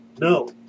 No